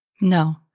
No